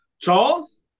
Charles